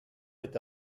est